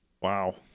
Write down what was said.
wow